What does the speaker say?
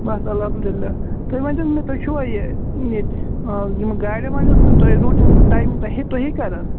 بس الحمدُ لِلہ تُہۍ ؤنۍتَو مےٚ یہِ تُہۍ چھُوا یہِ ییٚتہِ یِم گاڑٮ۪ن واڑٮ۪ن ہُنٛد تۄہہِ گوٚو تِم ٹایم تُہے تُہی کَران